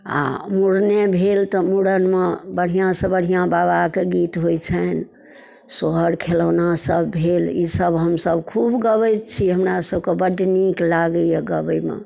आओर मूड़ने भेल तऽ मूड़नमे बढ़िआँसँ बढ़िआँ बाबाके गीत होइ छनि सोहर खेलौना सब भेल ईसब हमसब खूब गबै छी हमरासबके बड़ नीक लागैए गबैमे